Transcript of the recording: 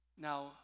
Now